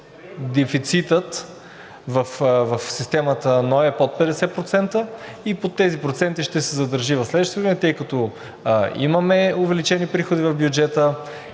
Дефицитът в системата на НОИ е под 50% и под тези проценти ще се задържи в следващите години, тъй като имаме увеличени приходи в бюджета,